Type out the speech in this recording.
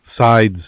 sides